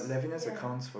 ya